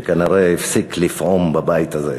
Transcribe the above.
שכנראה הפסיק לפעום בבית הזה.